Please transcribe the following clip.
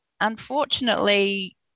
unfortunately